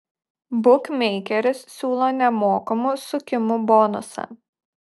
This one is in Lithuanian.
bukmeikeris siūlo nemokamų sukimų bonusą